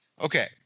Okay